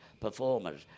performers